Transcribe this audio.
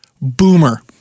Boomer